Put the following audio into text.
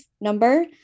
number